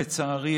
לצערי,